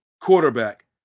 quarterback